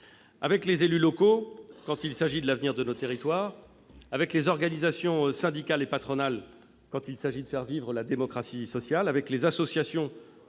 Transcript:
Avec les élus locaux, quand il s'agit de l'avenir de nos territoires, avec les organisations syndicales et patronales, quand il s'agit de faire vivre la démocratie sociale, avec les associations,